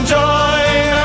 join